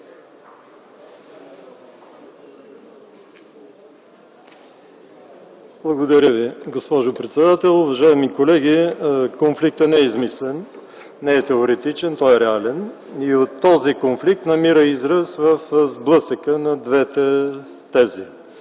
Благодаря, госпожо председател. Уважаеми колеги, конфликтът не е измислен, не е теоретичен. Той е реален. Този конфликт намира израз в сблъсъка на двете тези.